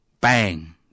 bang